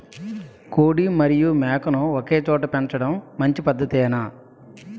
కోడి మరియు మేక ను ఒకేచోట పెంచడం మంచి పద్ధతేనా?